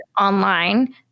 online